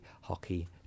hockey